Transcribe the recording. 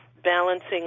balancing